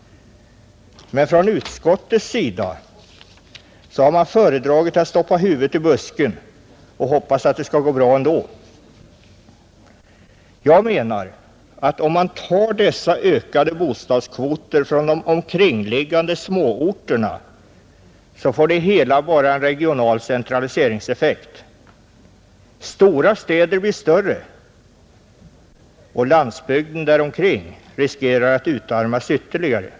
Men från utskottets sida har man föredragit att stoppa huvudet i busken och hoppas att det skall gå bra ändå. Jag menar att om man tar dessa ökade bostadskvoter från de omkringliggande småorterna så får det hela bara en regional centraliseringseffekt. Stora städer blir större, och landsbygden där omkring riskerar att utarmas ytterligare.